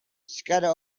scudder